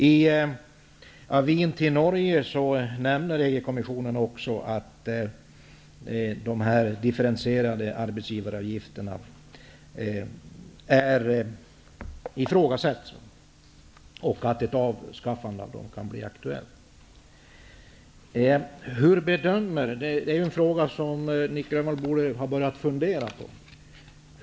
I avin till Norge nämner EG-kommissionen också att de differentierade arbetsgivaravgifterna ifrågasätts och att ett avskaffande av dem kan bli aktuellt. Detta är en fråga som Nic Grönvall borde ha börjat fundera på.